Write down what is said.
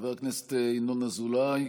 חבר הכנסת ינון אזולאי,